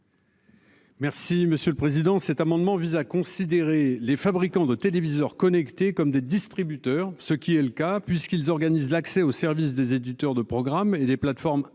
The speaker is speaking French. Merci monsieur le président. Cet amendement vise à considérer les fabricants de téléviseurs connectés comme des distributeurs, ce qui est le cas puisqu'ils organisent l'accès au service des éditeurs de programmes et des plateformes